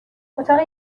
اتاق